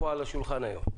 יחיא,